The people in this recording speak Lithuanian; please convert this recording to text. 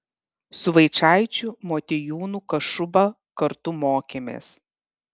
su vaičaičiu motiejūnu kašuba kartu mokėmės